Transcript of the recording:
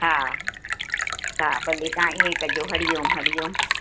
हा हा भले तव्हां ईअं कजो हरि ओम हरि ओम